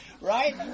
Right